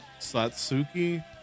Satsuki